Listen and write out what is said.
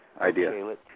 idea